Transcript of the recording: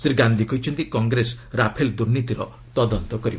ଶ୍ରୀ ଗାନ୍ଧି କହିଛନ୍ତି କଂଗ୍ରେସ ରାଫେଲ୍ ଦୂର୍ନୀତିର ତଦନ୍ତ କରିବ